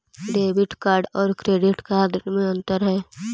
Debit card और credit card में अन्तर है?